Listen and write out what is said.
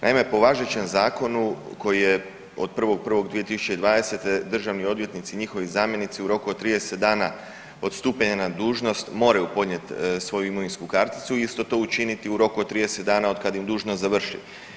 Naime, po važećem zakonu koji je od 1.1.2020. državni odvjetnici i njihovi zamjenici u roku od 30 dana od stupanja na dužnost moraju podnijet svoju imovinsku karticu i isto to učiniti u roku od 30 dana od kad im dužnost završi.